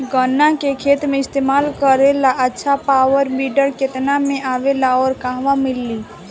गन्ना के खेत में इस्तेमाल करेला अच्छा पावल वीडर केतना में आवेला अउर कहवा मिली?